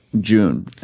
june